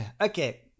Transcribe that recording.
Okay